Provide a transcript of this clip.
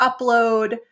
upload